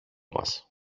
μας